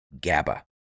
GABA